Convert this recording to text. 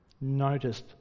noticed